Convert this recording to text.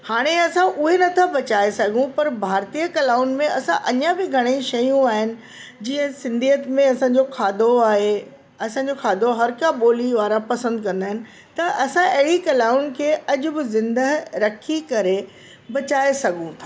हाणे असां उहेई नथा बचाए सघूं पर भारतीय कलाउनि में असां अञा बि घणेई शयूं आहिनि जीअं सिंधीयत में असांजो खाधो आहे असांजो खाधो हर का ॿोली वारा पसंदि कंदा आहिनि त असां अहिड़ी कलाऊं खे अॼु बि ज़िंदह रखी करे बचा़इ सघूं था